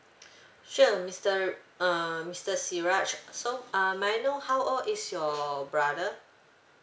sure mister uh mister siraj so uh may I know how old is your brother